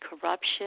corruption